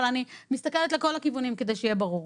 אבל אני גם מסתכלת לכל הכיוונים כדי שיהיה ברור.